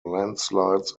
landslides